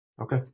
Okay